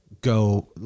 go